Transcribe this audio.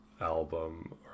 album